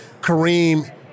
Kareem